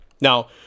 Now